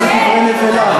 מה זה דברי נבלה?